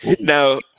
Now